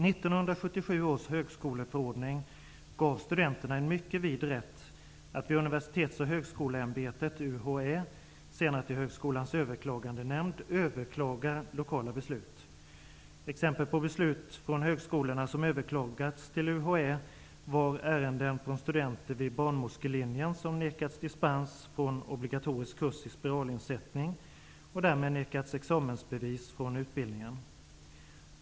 1977 års högskoleförordning gav studenterna en mycket vid rätt att till Universitets och högskoleämbetet, UHÄ, och senare till Högskolans överklagandenämnd, överklaga lokala beslut. Exempel på beslut från högskolorna som överklagats till UHÄ är ärenden från studenter vid barnmorskelinjen som nekats dispens från obligatorisk kurs i spiralinsättning och därmed nekats examensbevis från utbildningen.